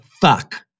fuck